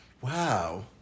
Wow